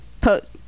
put